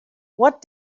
what